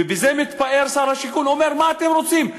ובזה מתפאר שר השיכון, אומר: מה אתם רוצים?